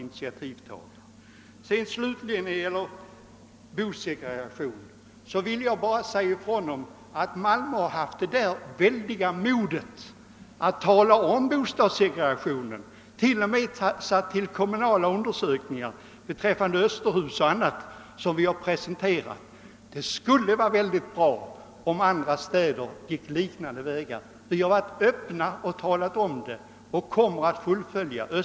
När det gäller bostadssegregationen vill jag bara säga att Malmö har haft det moraliska modet att tala om bostadssegregationen och till och med att göra kommunala undersökningar, bl a. beträffande Österhus, som vi sedan presenterat resultatet av. Det skulle vara mycket bra om andra städer gick liknande vägar. Vi har öppet talat om problemet, och vi kommer att fullfölja den linjen.